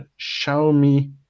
Xiaomi